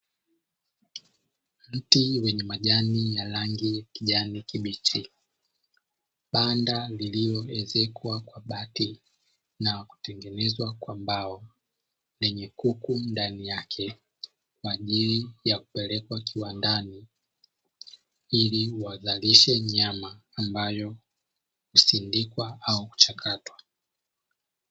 Mti wenye majani ya rangi ya kijani kibichi. Banda lililoezekwa kwa bati na kutengenezwa kwa mbao lenye kuku ndani yake, kwa ajili ya kupelekwa kiwandani ili wazalishe nyama ambayo husindikwa au kuchakatwa.